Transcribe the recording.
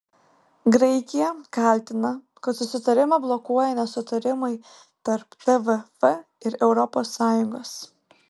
graikija kaltina kad susitarimą blokuoja nesutarimai tarp tvf ir europos sąjungos